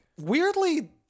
weirdly